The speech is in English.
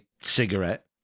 cigarette